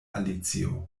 alicio